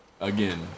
Again